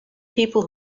people